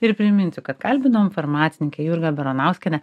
ir priminsiu kad kalbinom farmacininkę jurgą baranauskienę